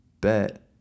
Bet